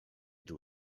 gdy